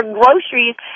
groceries